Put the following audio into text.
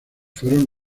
fueron